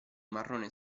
marrone